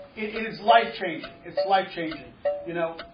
it's life-changing it's life-changing you know